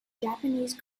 japanese